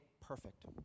perfect